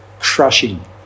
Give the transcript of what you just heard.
crushing